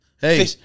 Hey